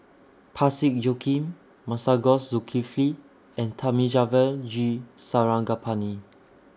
Parsick Joaquim Masagos Zulkifli and Thamizhavel G Sarangapani